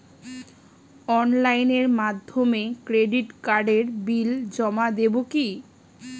অনলাইনের মাধ্যমে ক্রেডিট কার্ডের বিল জমা দেবো কি?